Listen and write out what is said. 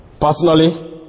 Personally